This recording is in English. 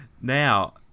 Now